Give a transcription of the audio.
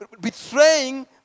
betraying